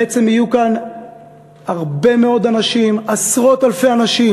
בעצם יהיו כאן הרבה מאוד אנשים, עשרות אלפי אנשים,